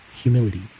Humility